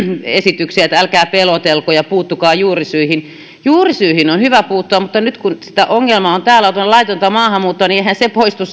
esityksiä että älkää pelotelko ja puuttukaa juurisyihin juurisyihin on hyvä puuttua mutta nyt kun sitä ongelmaa on täällä ja on tätä laitonta maahanmuuttoa niin eihän se poistu